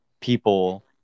people